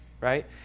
right